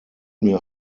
mir